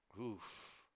Oof